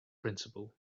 principle